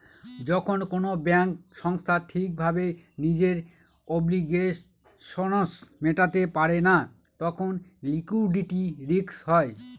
যখন কোনো ব্যাঙ্ক সংস্থা ঠিক ভাবে নিজের অব্লিগেশনস মেটাতে পারে না তখন লিকুইডিটি রিস্ক হয়